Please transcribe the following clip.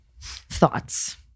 thoughts